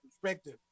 perspective